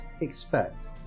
expect